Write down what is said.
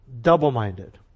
double-minded